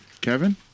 Kevin